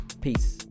Peace